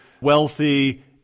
wealthy